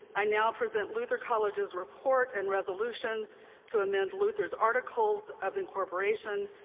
i now present luther college's report and resolutions to amend luther's articles of incorporation,